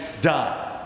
done